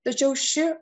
tačiau ši